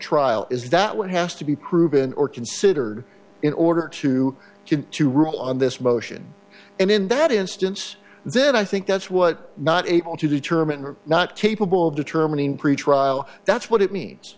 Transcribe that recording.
trial is that what has to be proven or considered in order to get to rule on this motion and in that instance then i think that's what not able to determine or not capable of determining pretrial that's what it means